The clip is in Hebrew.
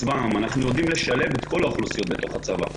זה צבא העם אנחנו יודעים לשלב את כל האוכלוסיות בתוך הצבא,